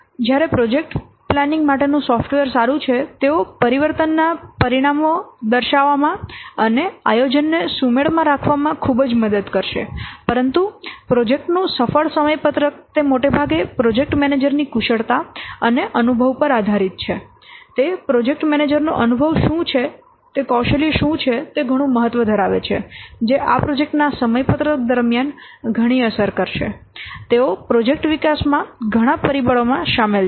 જ્યારે project planning માટેનું software સારું છે તેઓ પરિવર્તનના પરિણામો દર્શાવવામાં અને આયોજનને સુમેળમાં રાખવામાં ખૂબ જ મદદ કરશે પરંતુ પ્રોજેક્ટનું સફળ સમયપત્રક તે મોટાભાગે પ્રોજેક્ટ મેનેજરની કુશળતા અને અનુભવ પર આધારિત છે તે પ્રોજેક્ટ મેનેજરનો અનુભવ શું છે તે કૌશલ્ય શું છે તે ઘણું મહત્વ ધરાવે છે જે આ પ્રોજેક્ટના સમયપત્રક દરમિયાન ઘણી અસર કરશે તેઓ પ્રોજેક્ટ વિકાસમાં ઘણા પરિબળોમાં સામેલ છે